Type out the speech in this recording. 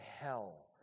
hell